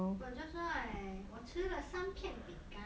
but just I 我吃了三片饼干